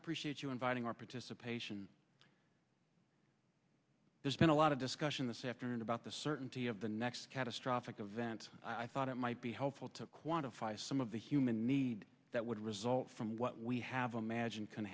appreciate you inviting our participation there's been a lot of discussion this afternoon about the certainty of the next catastrophic event i thought it might be helpful to quantify some of the human need that would result from what we have imagined can